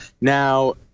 Now